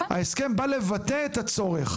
ההסכם בא לבטא את הצורך,